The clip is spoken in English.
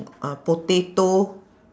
uh potato